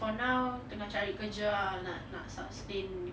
for now tengah cari kerja nak sustain